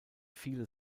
viele